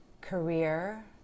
career